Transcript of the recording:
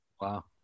Wow